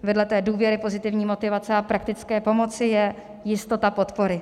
Vedle té důvěry, pozitivní motivace a praktické pomoci je jistota podpory.